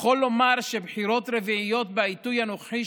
יכול לומר שבחירות רביעיות בעיתוי הנוכחי,